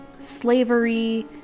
slavery